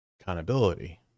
accountability